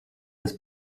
das